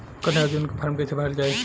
कन्या योजना के फारम् कैसे भरल जाई?